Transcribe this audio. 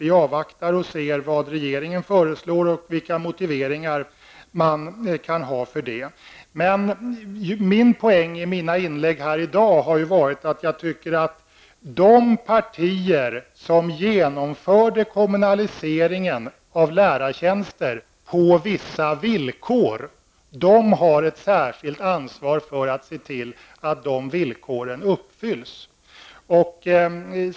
Vi avvaktar och ser vad regeringen föreslår och vilka motiveringar man kan ha för det. Min poäng i inläggen här i dag har varit att jag tycker att de partier som genomförde kommunaliseringen av lärartjänster på vissa villkor, har ett särskilt ansvar för att se till att de villkoren uppfylls.